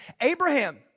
Abraham